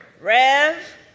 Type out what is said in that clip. Rev